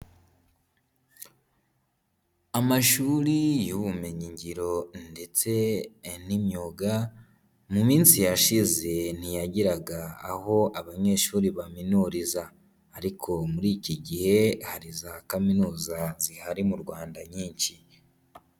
Amashuri y'ubumenyingiro ndetse n'imyuga mu minsi yashize ntiyagiraga aho abanyeshuri baminuriza, ariko muri iki gihe hari za kaminuza zihari mu Rwanda nyinshi.